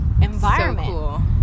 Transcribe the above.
environment